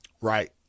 Right